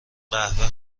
قهوه